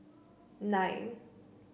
nine